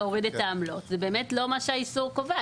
זה באמת לא מה שהאיסור קובע,